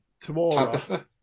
Tomorrow